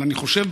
אבל אני חושב,